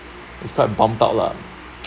is quite bump out lah